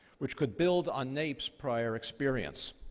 which could build on naep's prior experience.